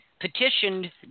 petitioned